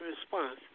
response